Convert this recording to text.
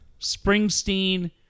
Springsteen